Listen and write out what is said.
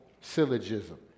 syllogism